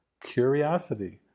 curiosity